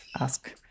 ask